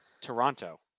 Toronto